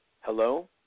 Hello